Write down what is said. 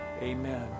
Amen